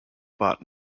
bought